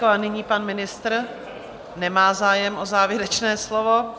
A nyní pan ministr nemá zájem o závěrečné slovo.